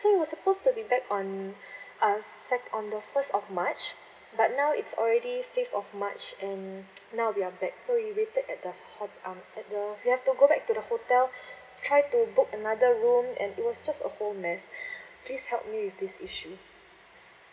so we were supposed to be back on uh on the first of march but now it's already fifth of march and now we are back so we waited at the ho~ um at the we had to go back to the hotel try to book another room and it was just a whole mess please help me with these issues